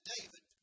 David